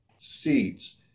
seeds